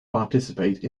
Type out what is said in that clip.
participate